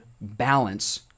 balance